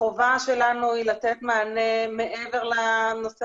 החובה שלנו היא לתת מענה מעבר לנושא